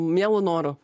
mielu noru